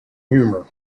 humor